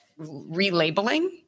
relabeling